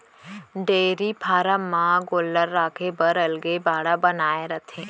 dairy farm म गोल्लर राखे बर अलगे बाड़ा बनाए रथें